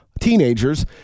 teenagers